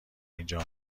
اینجا